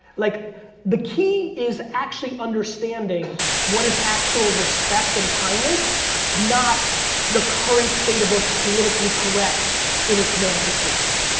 like the key is actually understanding what is actual respect and kindness not the current state of what's politically correct in its manifestation.